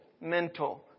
mental